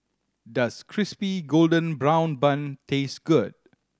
does Crispy Golden Brown Bun taste good